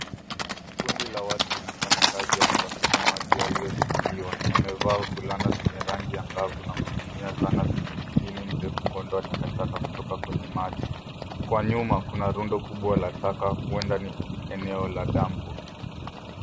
Kundi la watu linafana kazi ya kusafisha maji yaliyochafuliwa. Wamevaa fulana zenye rangi ya ngavu na kutumia zana zenye mpini mrefu, kuondoa takataka kutoka kwenye maji. Kwa nyuma kuna rundo kubwa la taka, huenda ni eneo la dampu.